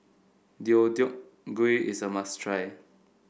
Deodeok Gui is a must try